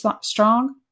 strong